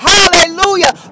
Hallelujah